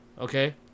okay